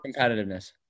competitiveness